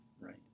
Right